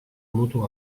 mutu